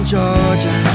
Georgia